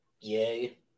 Yay